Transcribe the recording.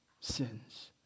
sins